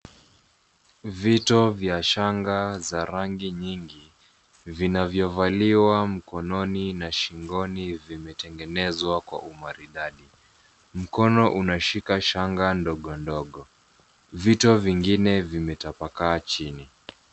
Vito vya shanga za rangi nyingi vinavyovaliwa mkononi na shingoni vimetengenezwa kwa umaridadi. Mkono unashika shanga ndogo ndogo. Vito vingine vimetapakaa chini.